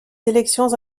sélections